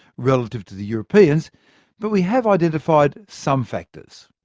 relative to the europeans but we have identified some factors.